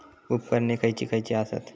उपकरणे खैयची खैयची आसत?